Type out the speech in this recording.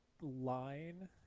line